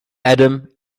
adam